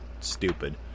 stupid